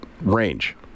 range